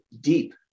deep